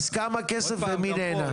אז כמה כסף ומי ננהה?